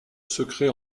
secret